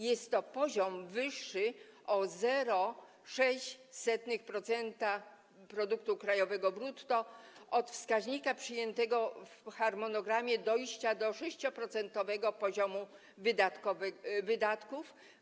Jest to poziom wyższy o 0,06% produktu krajowego brutto od wskaźnika przyjętego w harmonogramie dojścia do 6-procentowego poziomu wydatków.